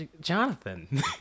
Jonathan